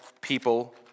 people